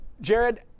Jared